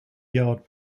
yard